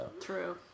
true